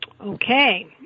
Okay